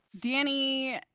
Danny